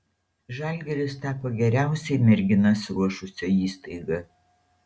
žalgiris tapo geriausiai merginas ruošusia įstaiga